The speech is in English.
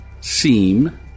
seem